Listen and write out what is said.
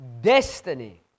Destiny